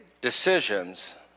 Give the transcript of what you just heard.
decisions